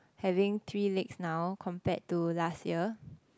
having three legs now compared to last year